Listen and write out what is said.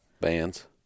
bands